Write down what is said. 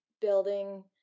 building